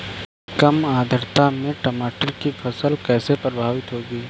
कम आर्द्रता में टमाटर की फसल कैसे प्रभावित होगी?